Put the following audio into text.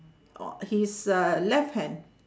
uh his uh left hand